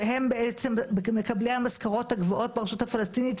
שהם בעצם מקבלי המשכורות הגבוהות ברשות הפלסטינית,